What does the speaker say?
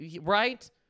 right